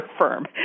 firm